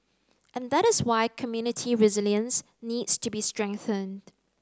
and that is why community resilience needs to be strengthened